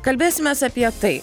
kalbėsimės apie tai